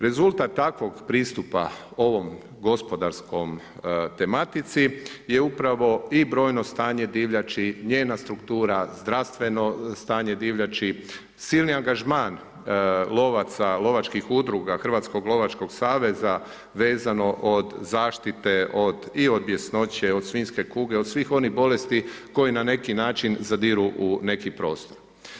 Rezultat takvog pristup ovoj gospodarskoj tematici je upravo i brojno stanje divljač, njena struktura, zdravstveno stanje divljači, silni angažman lovaca, lovačkih udruga Hrvatskog lovačkog saveza vezano od zaštite i od bjesnoće, od svinjske kuge, od svih onih bolesti koje na neki način zadiru u neki prostor.